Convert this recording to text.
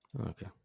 Okay